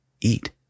Eat